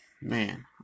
man